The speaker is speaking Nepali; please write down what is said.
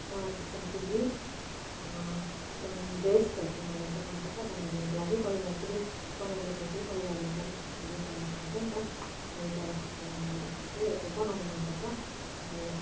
चिकन चिल्ली चिकन ब्रेस्टहरू चाहिँ मलाई एकदम मनपर्छ बनाइदिनुको लागि परिवार फेरि बनाइदिएपछि परिवारले एकदम अब रुचाएर खान्छ नि त रुचाएर खाएको कारणले गर्दाखेरि चाहिँ अब बनाउनु मनपर्छ अब